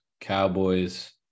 Cowboys